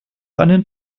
einen